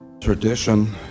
Tradition